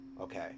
Okay